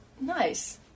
Nice